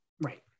Right